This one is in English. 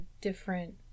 different